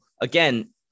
again